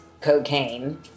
cocaine